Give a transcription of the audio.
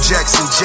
Jackson